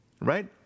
right